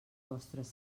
vostres